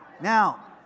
Now